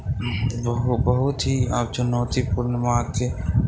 बहुत ही आब चुनौतीपूर्ण मार्ग